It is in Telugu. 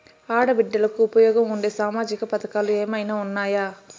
ఆడ బిడ్డలకు ఉపయోగం ఉండే సామాజిక పథకాలు ఏమైనా ఉన్నాయా?